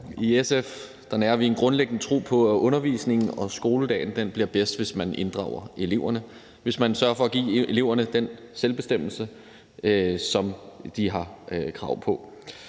I SF nærer vi en grundlæggende tro på, at undervisningen og skoledagen bliver bedst, hvis man inddrager eleverne, og hvis man sørger for at give eleverne den selvbestemmelse, som de har krav på.